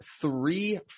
three